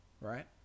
right